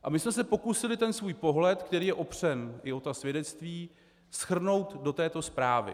A my jsme se pokusili ten svůj pohled, který je opřen i o ta svědectví, shrnout do této zprávy.